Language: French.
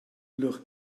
leur